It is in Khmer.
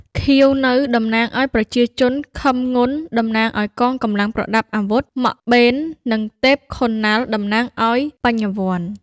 ខៀវ នៅ តំណាងឱ្យប្រជាជន ខឹម ងុន តំណាងឱ្យកងកម្លាំងប្រដាប់អាវុធ ម៉ក់ បេន និង ទេព ឃុនណាល់ តំណាងឱ្យ បញ្ញវន្ត។